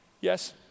Yes